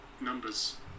numbers